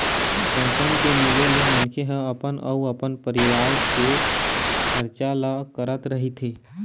pension के मिले ले मनखे ह अपन अउ अपन परिवार के खरचा ल करत रहिथे